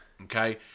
okay